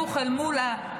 ולא להסתכל דוּך אל מול התוצאה,